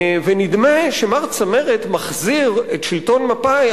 ונדמה שמר צמרת מחזיר את שלטון מפא"י,